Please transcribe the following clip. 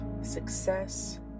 success